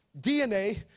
dna